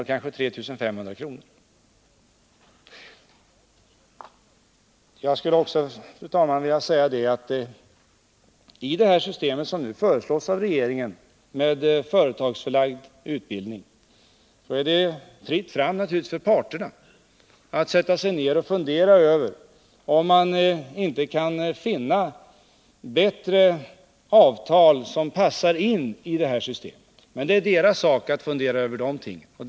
och kanske 3 500 kr. Fru talman! Jag skulle också vilja säga att i det system som nu föreslås av regeringen, med utbildning förlagd till företagen, är det naturligtvis fritt fram för parterna att sätta sig ned och fundera över, om man inte kan finna bättre avtal som passar in i detta system. Men det är deras sak att fundera över de tingen.